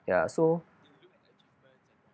ya so